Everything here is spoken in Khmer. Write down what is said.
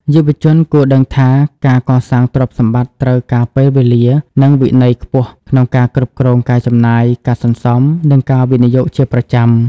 យុវជនគួរដឹងថា ការកសាងទ្រព្យសម្បត្តិត្រូវការពេលវេលា និងវិន័យខ្ពស់ក្នុងការគ្រប់គ្រងការចំណាយ ការសន្សំ និងការវិនិយោគជាប្រចាំ។